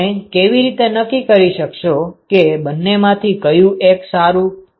તમે કેવી રીતે નક્કી કરી શકશો કે બંનેમાંથી કયું એક સારું છે